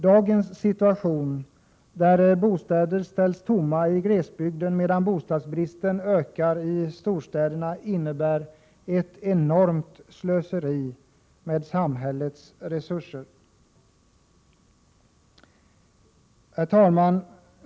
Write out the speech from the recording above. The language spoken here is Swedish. Dagens situation, där bostäder ställs tomma i glesbygden medan bostadsbristen ökar i storstäderna, innebär ett enormt slöseri med samhällets resurser. Herr talman!